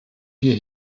wir